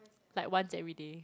like once everyday